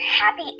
happy